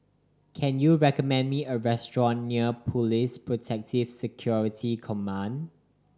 can you recommend me a restaurant near Police Protective Security Command